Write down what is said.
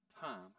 time